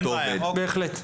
מוסכם.